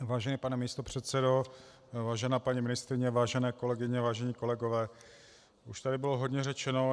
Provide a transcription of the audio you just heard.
Vážený pane místopředsedo, vážená paní ministryně, vážené kolegyně, vážení kolegové, už tady bylo hodně řečeno.